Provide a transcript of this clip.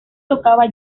tocaba